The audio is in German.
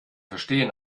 verstehen